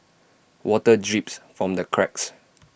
water drips from the cracks